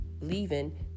leaving